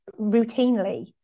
routinely